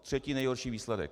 Třetí nejhorší výsledek.